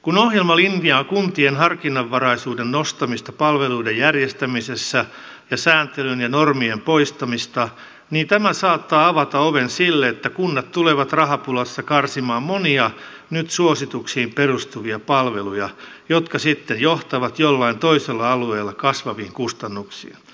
kun ohjelma linjaa kuntien harkinnanvaraisuuden nostamista palveluiden järjestämisessä ja sääntelyn ja normien poistamista niin tämä saattaa avata oven sille että kunnat tulevat rahapulassa karsimaan monia nyt suosituksiin perustuvia palveluja jotka sitten johtavat jollain toisella alueella kasvaviin kustannuksiin